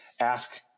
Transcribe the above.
ask